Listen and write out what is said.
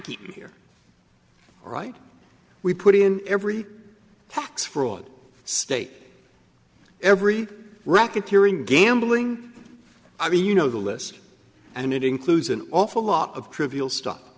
keep here all right we put in every tax fraud state every racketeering gambling i mean you know the list and it includes an awful lot of trivial stuff